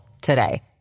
today